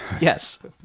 Yes